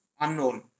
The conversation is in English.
unknown